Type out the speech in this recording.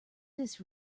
this